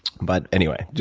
but anyway.